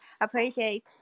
appreciate